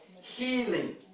Healing